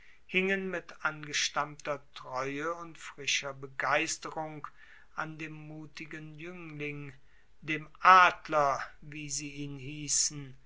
hingen mit angestammter treue und frischer begeisterung an dem mutigen juengling dem adler wie sie ihn hiessen